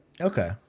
Okay